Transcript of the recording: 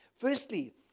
Firstly